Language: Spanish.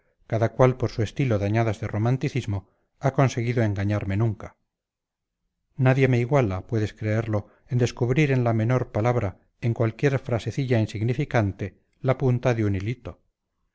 cada cual por su estilo dañadas de romanticismo ha conseguido engañarme nunca nadie me iguala puedes creerlo en descubrir en la menor palabra en cualquier frasecilla insignificante la punta de un hilito